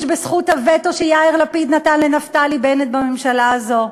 בזכות הווטו שיאיר לפיד נתן לנפתלי בנט בממשלה הזאת.